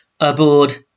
aboard